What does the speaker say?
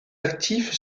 actif